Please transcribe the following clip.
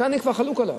כאן אני כבר חלוק עליו.